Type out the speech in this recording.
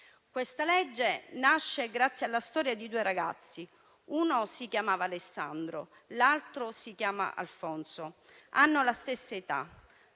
questa legge nasce grazie alla storia di due ragazzi: uno si chiamava Alessandro, l'altro si chiama Alfonso. Hanno la stessa età,